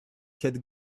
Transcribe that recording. had